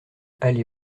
allée